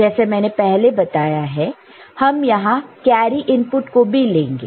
जैसे मैंने पहले बताया है हम यहां कैरी इनपुट को भी लेंगे